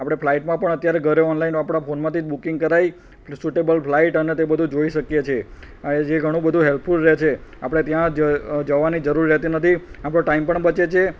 આપણે ફ્લાઇટમાં પણ અત્યારે ઘરે ઓનલાઇન આપણા ફોનમાંથી જ બૂકિંગ કરાવી સુટેબલ ફ્લાઇટ અને તે બધુ જોઈ શકીએ છે અને જે ઘણું બધુ હેલ્પફૂલ રહે છે આપણે ત્યાં જ જવાની જરૂર રહેતી નથી આપણો ટાઇમ પણ બચે છે